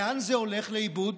לאן זה הולך לאיבוד?